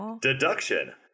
Deduction